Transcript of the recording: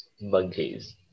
Monkeys